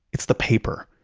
it's the paper.